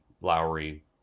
Lowry